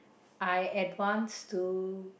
I advance to